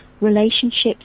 relationships